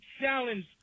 challenge